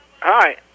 Hi